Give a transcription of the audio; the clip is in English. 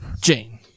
Jane